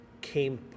came